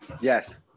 Yes